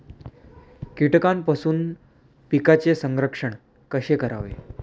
कीटकांपासून पिकांचे संरक्षण कसे करावे?